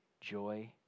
joy